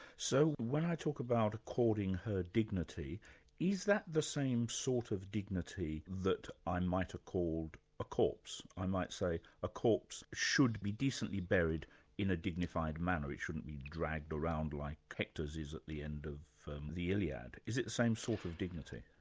so when i talk about according her dignity is that the same sort of dignity that i might accord a corpse, i might say a corpse should be decently buried in a dignified manner, it shouldn't be dragged around like hector's is at the end of he illiad. is it the same sort of dignity?